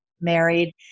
married